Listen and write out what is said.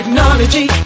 Technology